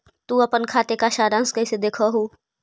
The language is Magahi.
तु अपन खाते का सारांश कैइसे देखअ हू